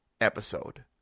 episode